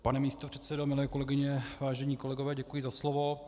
Pane místopředsedo, milé kolegyně, vážení kolegové, děkuji za slovo.